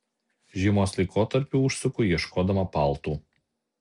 žiemos laikotarpiu užsuku ieškodama paltų